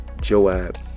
Joab